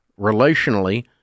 relationally